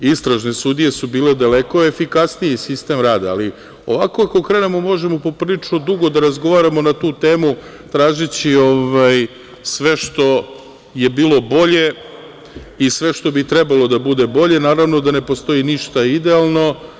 Istražene sudije su bile daleko efikasniji sistem rada, ali ovako ako krenemo možemo poprilično dugo da razgovaramo na tu temu tražeći sve što je bilo bolje i sve što bi trebalo da bude bolje, naravno da ne postoji ništa idealno.